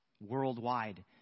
worldwide